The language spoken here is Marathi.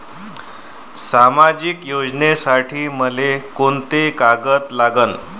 सामाजिक योजनेसाठी मले कोंते कागद लागन?